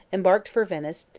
embarked for venice,